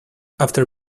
after